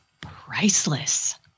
priceless